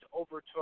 overtook